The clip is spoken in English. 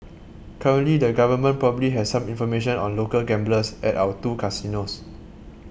currently the government probably has some information on local gamblers at our two casinos